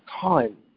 time